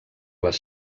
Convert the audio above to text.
les